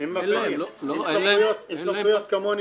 הם מפעילים עם סמכויות כמוני